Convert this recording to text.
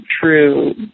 true